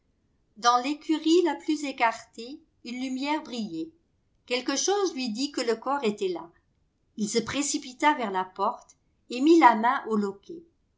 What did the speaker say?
dans l'écurie la plus écartée une lumière brillait quelque chose lui dit que le corps était là il se précipita vers la porte et mit la main au loquet